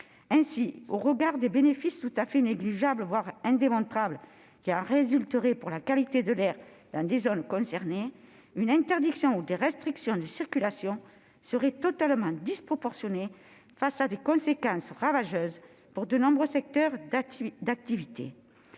Ainsi, au regard des bénéfices tout à fait négligeables, voire indémontrables, qui en résulteraient pour la qualité de l'air dans les zones concernées, une interdiction ou des restrictions de circulation seraient totalement disproportionnées. En revanche, elles auraient des conséquences ravageuses pour de nombreux secteurs d'activité.